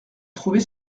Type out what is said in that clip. trouvait